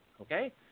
Okay